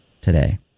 today